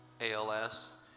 ALS